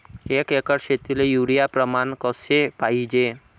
एक एकर शेतीले युरिया प्रमान कसे पाहिजे?